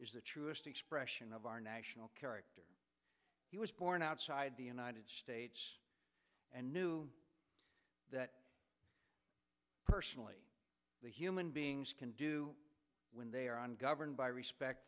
is the truest expression of our national character was born outside the united states and knew that personally the human beings can do when they are ungoverned by respect